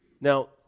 Now